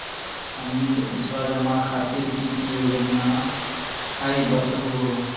हमनी के पैसवा जमा खातीर की की योजना हई बतहु हो?